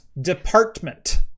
department